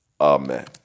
Amen